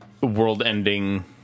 World-ending